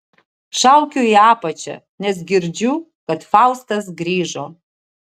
šaukiu į apačią nes girdžiu kad faustas grįžo